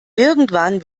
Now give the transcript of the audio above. irgendwann